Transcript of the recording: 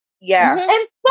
Yes